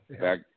Back